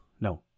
no